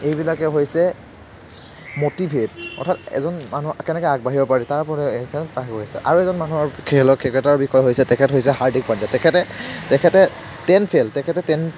এইবিলাকে হৈছে মটিভেত অৰ্থাৎ এজন মানুহ কেনেকৈ আগবাঢ়িব পাৰি তাৰপৰা এইখন আহি গৈছে আৰু এজন মানুহৰ খেলৰ ক্ৰিকেটৰ বিষয়ে হৈছে তেখেত হৈছে হাৰ্দিক পাণ্ডিয়া তেখেতে তেখেতে টেন ফেইল তেখেতে টেন